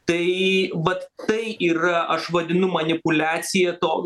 tai vat tai yra aš vadinu manipuliacija to